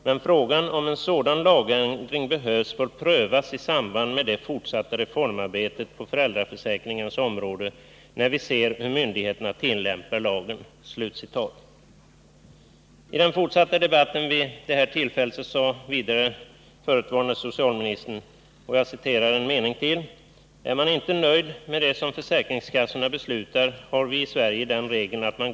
Men frågan om en sådan lagändring behövs får prövas i samband med det fortsatta reformarbetet på föräldraförsäkringens område, när vi ser hur myndigheterna tillämpar lagen.” I den fortsatta debatten vid detta tillfälle sade vidare förutvarande socialministern: ”Är man inte nöjd med vad försäkringskassan beslutar, då är den rätta vägen att man överklagar.